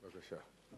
בבקשה.